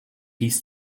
hieß